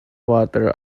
water